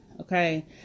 okay